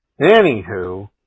Anywho